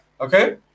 okay